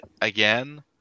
again